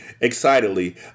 Excitedly